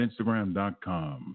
instagram.com